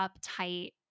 uptight